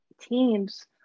teams